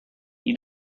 eat